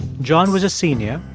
john was a senior,